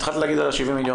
מיליון.